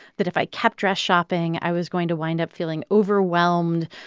that if i kept dress shopping, i was going to wind up feeling overwhelmed.